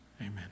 Amen